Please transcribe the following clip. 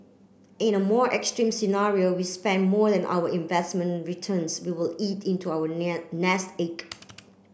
in a more extreme scenario we spent more than our investment returns we will eat into our nest egg